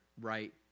right